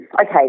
Okay